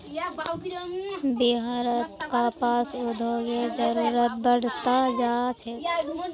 बिहारत कपास उद्योगेर जरूरत बढ़ त जा छेक